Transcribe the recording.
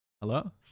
Hello